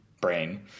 brain